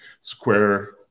square